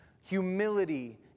humility